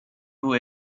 too